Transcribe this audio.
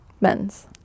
men's